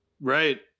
Right